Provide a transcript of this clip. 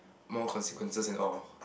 more consequences and all